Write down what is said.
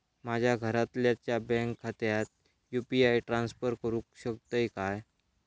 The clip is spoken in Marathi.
माझ्या घरातल्याच्या बँक खात्यात यू.पी.आय ट्रान्स्फर करुक शकतय काय?